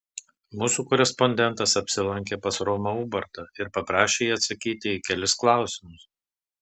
mūsų korespondentas apsilankė pas romą ubartą ir paprašė jį atsakyti į kelis klausimus